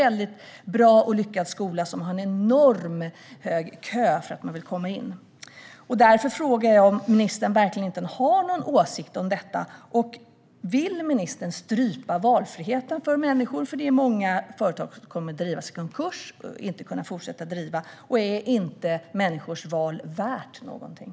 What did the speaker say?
Det är en bra och lyckad skola där det är enormt lång kö för att komma in. Därför frågar jag om ministern verkligen inte har någon åsikt om detta. Vill ministern strypa valfriheten för människor? Det är nämligen många företag som kommer att drivas i konkurs och inte kunna fortsätta. Är inte människors val värda någonting?